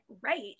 right